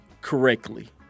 correctly